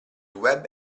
web